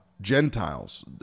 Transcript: gentiles